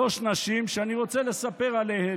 שלוש נשים, ואני רוצה לספר עליהן.